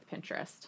Pinterest